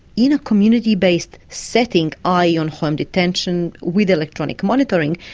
in a community-based setting, ah ie on home detention with electronic monitoring,